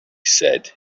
said